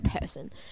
person